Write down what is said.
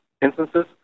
instances